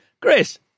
Chris